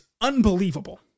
unbelievable